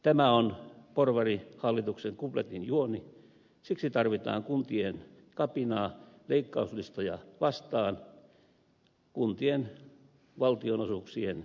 tämä on porvarihallituksen kupletin juoni siksi tarvitaan kuntien kapinaa leikkauslistoja vastaan kuntien valtionosuuksien lisäämiseksi